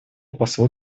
послу